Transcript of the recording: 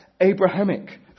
Abrahamic